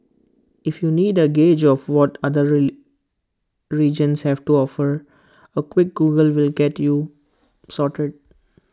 if you need A gauge of what other regions have to offer A quick Google will get you sorted